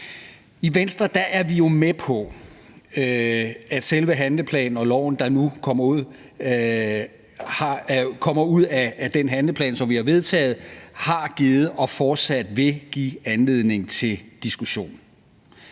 I Venstre er vi med på, at selve handleplanen og loven, der kommer ud af den handleplan, som vi har vedtaget, har givet og fortsat vil give anledning til diskussion.